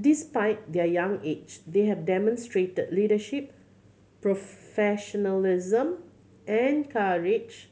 despite their young age they have demonstrated leadership professionalism and courage